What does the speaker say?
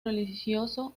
religioso